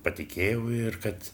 patikėjau ir kad